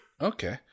Okay